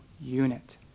unit